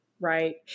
Right